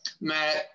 Matt